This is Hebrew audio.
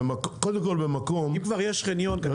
אם כבר יש חניון,